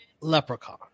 leprechaun